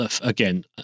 again